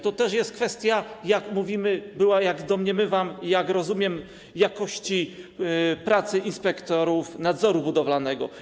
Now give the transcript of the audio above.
To też jest kwestia - jak mówimy, jak domniemywam, jak rozumiem - jakości pracy inspektorów nadzoru budowlanego.